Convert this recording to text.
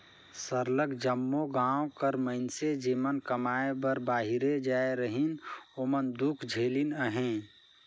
सरलग जम्मो गाँव कर मइनसे जेमन कमाए बर बाहिरे जाए रहिन ओमन दुख झेलिन अहें